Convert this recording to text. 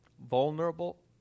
vulnerable